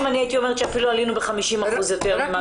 אני הייתי אומרת שאפילו עלינו ב50% יותר ממה שהיה.